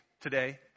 today